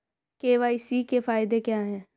KYC के फायदे क्या है?